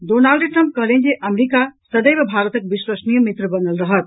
Donald Trump कहलनि जे America सदैव भारतक विश्वसनीय मित्र बनल रहत